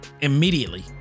immediately